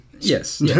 yes